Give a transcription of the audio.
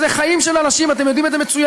אלה חיים של אנשים, אתם יודעים את זה מצוין.